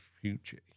future